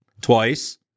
Twice